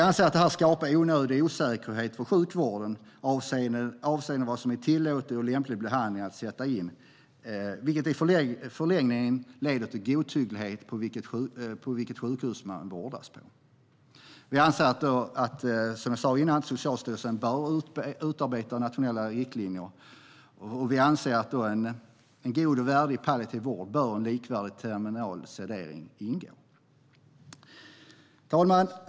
Det skapar onödig osäkerhet inom sjukvården avseende vad som är tillåten och lämplig behandling att sätta in. Det leder i förlängningen till godtycklighet och beror på vilket sjukhus man vårdas på. Vi anser därför att Socialstyrelsen bör utarbeta nationella riktlinjer. I god och värdig palliativ vård bör en likvärdig terminal sedering ingå. Herr talman!